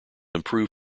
improve